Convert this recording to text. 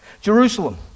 Jerusalem